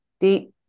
deep